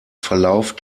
verlauf